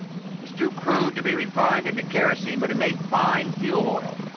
was too crude to be refined into kerosene but it made fine fuel oil.